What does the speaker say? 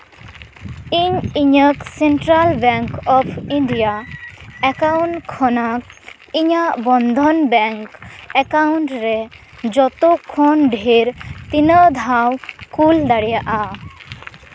ᱤᱧ ᱤᱧᱟᱹᱜ central bank of India account ᱠᱷᱚᱱᱟᱜ ᱤᱧᱟᱹᱜ ᱵᱚᱱᱫᱷᱚᱱ ᱵᱮᱝᱠ ᱮᱠᱟᱣᱩᱱᱴ ᱨᱮ ᱡᱚᱛᱚ ᱠᱷᱚᱱ ᱰᱷᱮᱨ ᱛᱤᱱᱟᱹᱜ ᱫᱷᱟᱣ ᱠᱩᱞ ᱫᱟᱲᱮᱭᱟᱜᱼᱟ